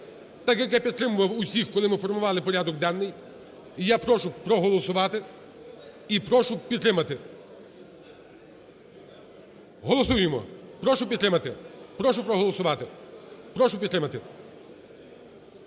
так, як я підтримував усіх, коли ми формували порядок денний. І я прошу проголосувати, і прошу підтримати. Голосуємо! Прошу підтримати. Прошу проголосувати. Прошу підтримати.